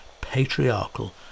patriarchal